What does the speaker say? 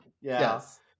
Yes